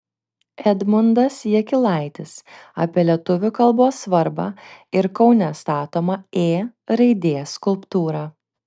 edmundas jakilaitis apie lietuvių kalbos svarbą ir kaune statomą ė raidės skulptūrą